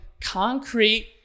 concrete